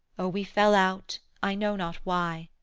o we fell out i know not why,